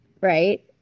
Right